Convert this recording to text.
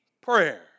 prayer